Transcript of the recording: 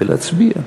ולהצביע.